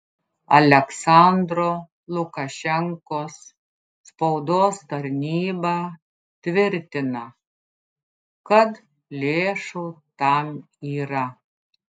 aliaksandro lukašenkos spaudos tarnyba tvirtina kad lėšų tam yra